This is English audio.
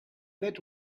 that